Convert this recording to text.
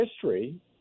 history